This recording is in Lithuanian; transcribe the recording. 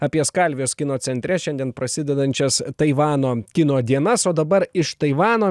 apie skalvijos kino centre šiandien prasidedančias taivano kino dienas o dabar iš taivano